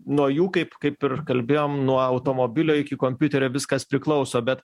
nuo jų kaip kaip ir kalbėjom nuo automobilio iki kompiuterio viskas priklauso bet